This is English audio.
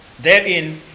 Therein